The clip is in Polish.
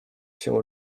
się